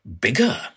bigger